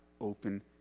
open